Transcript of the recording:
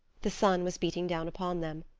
the sun was beating down upon them.